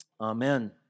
Amen